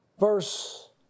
Verse